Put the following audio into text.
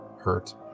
hurt